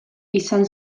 izan